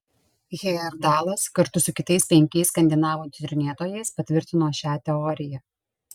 hejerdalas kartu su kitais penkiais skandinavų tyrinėtojais patvirtino šią teoriją